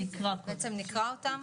בעצם נקרא אותם.